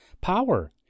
Power